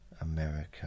America